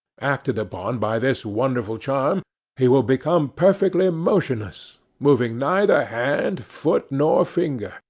acted upon by this wonderful charm he will become perfectly motionless, moving neither hand, foot, nor finger,